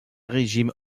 régime